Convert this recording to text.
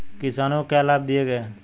किसानों को क्या लाभ दिए गए हैं?